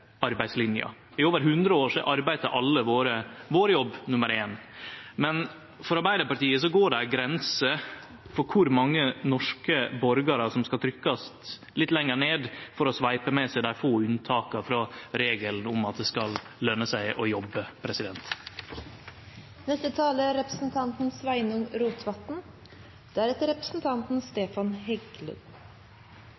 arbeidslinja. I over 100 år har arbeid til alle vore vår jobb nr. ein. Men for Arbeidarpartiet går det ei grense for kor mange norske borgarar som skal trykkast litt lenger ned for å sveipe med seg dei få unntaka frå regelen om at det skal løne seg å jobbe. Dette passar eigentleg godt, for eg tok ordet for å kommentere litt av representanten